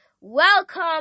Welcome